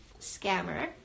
scammer